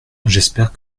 j’espère